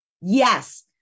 Yes